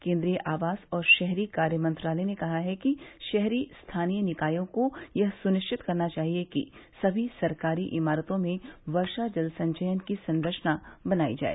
केन्द्रीय आवास और शहरी कार्य मंत्रालय ने कहा है कि शहरी स्थानीय निकायों को यह सुनिश्चित करना चाहिए कि समी सरकारी इमारतों में वर्षा जल संचयन की संरचना बनाई जाए